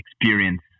experience